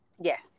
Yes